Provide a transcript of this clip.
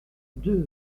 deux